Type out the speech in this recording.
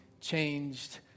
changed